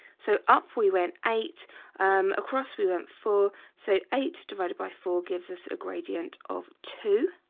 so up, we went eight across we went for so eight divided by four gives us a gradient of two